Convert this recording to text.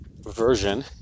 version